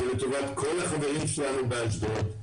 זה לטובת כל החברים שלנו באשדוד.